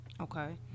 okay